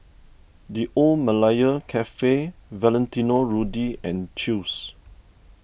the Old Malaya Cafe Valentino Rudy and Chew's